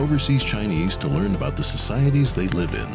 overseas chinese to learn about the societies they live in